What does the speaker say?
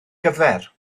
gyfer